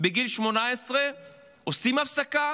בגיל 18 עושים הפסקה